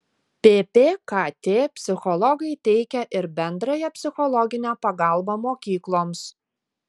ppkt psichologai teikia ir bendrąją psichologinę pagalbą mokykloms